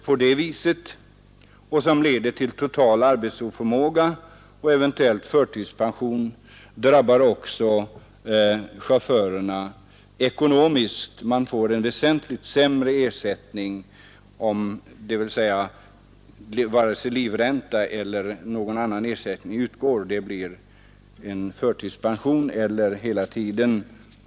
Sådana åkommor, som leder till total arbetsoförmåga och eventuell förtidspension, ger de drabbade sämre ekonomisk ersättning än som skulle utgå om åkommorna betraktades som yrkessjukdom eller olycksfall.